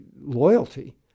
loyalty